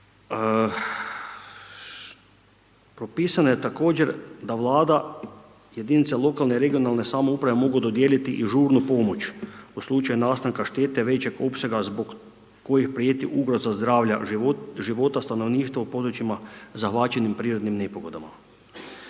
Propisano je također da Vlada jedinice lokalne i regionalne samouprave mogu dodijeliti i žurno pomoći u slučaju nastanka štete većeg opsega zbog kojih prijeti ugroza zdravlja života stanovništva u područjima zahvaćenim prirodnim nepogodama.